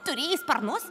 turėjai sparnus